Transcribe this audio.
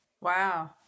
Wow